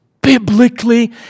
biblically